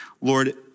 Lord